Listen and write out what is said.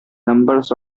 numbers